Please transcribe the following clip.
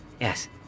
Yes